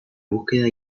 búsqueda